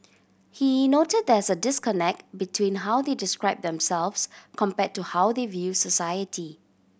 he noted that there is a disconnect between how they describe themselves compared to how they view society